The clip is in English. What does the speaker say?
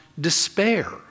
despair